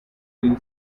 green